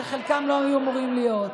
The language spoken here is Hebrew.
שחלקם לא היו אמורים להיות.